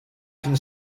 can